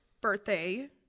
birthday